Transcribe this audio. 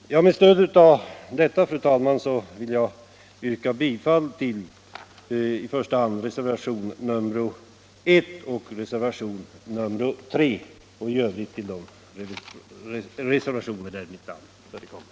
Med det anförda, fru talman, vill jag yrka bifall till reservationerna 1 och 3 samt övriga reservationer där mitt namn förekommer.